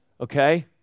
okay